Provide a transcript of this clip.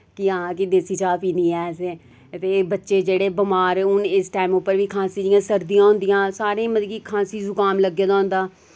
कि हां कि देसी चाह् पीनी ऐ असें ते बच्चे जेह्ड़े बमार हून इस टाइम उप्पर बी खांसी जि'यां सर्दियां होंदियां सारें मतलब कि खांसी जकाम लग्गे दा होंदा